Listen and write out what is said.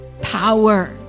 power